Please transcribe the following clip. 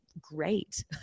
great